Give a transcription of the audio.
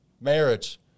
marriage